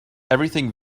everything